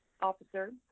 officer